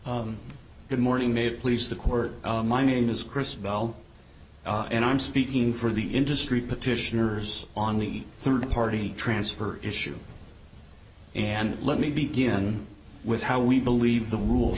ok good morning may please the court my name is chris bell and i'm speaking for the industry petitioners on the third party transfer issue and let me begin with how we believe the rule